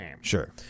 sure